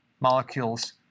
molecules